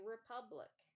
Republic